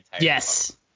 Yes